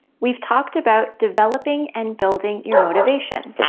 we've talked about developing and building your motivation,